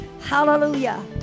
Hallelujah